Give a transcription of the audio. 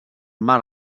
mar